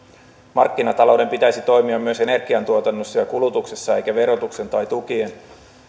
markkinatalouden pitäisi toimia myös energiantuotannossa ja kulutuksessa eikä verotuksen tai tukien